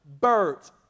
birds